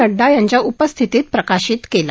नड्डा यांच्या उपस्थितीत प्रकाशित केला